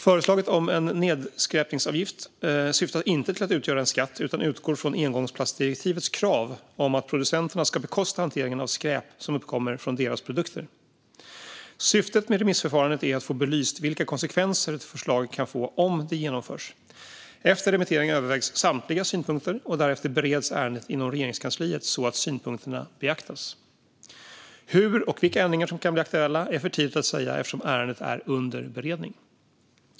Förslaget om en nedskräpningsavgift syftar inte till att utgöra en skatt utan utgår från engångsplastdirektivets krav om att producenterna ska bekosta hanteringen av skräp som uppkommer från deras produkter. Syftet med remissförfarandet är att få belyst vilka konsekvenser ett förslag kan få om det genomförs. Efter remittering övervägs samtliga synpunkter, och därefter bereds ärendet inom Regeringskansliet så att synpunkterna beaktas. Hur och vilka ändringar som kan bli aktuella är för tidigt att säga eftersom ärendet är under beredning.